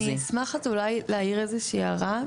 אני אשמח אולי להעיר איזושהי הרעה,